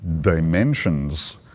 dimensions